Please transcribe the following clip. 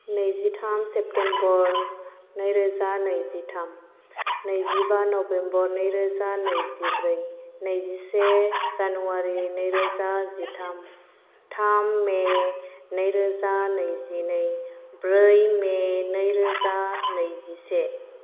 नैजिथाम सेप्टेम्बर नैरोजा नैजिथाम नैजिबा नभेम्बर नैरोजा नैजिब्रै नैजिसे जानुवारि नैरोजा जिथाम थाम मे नैरोजा नैजिनै ब्रै मे नैरोजा नैजिसे